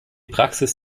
praxis